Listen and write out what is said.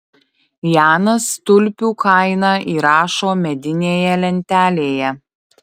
janas tulpių kainą įrašo medinėje lentelėje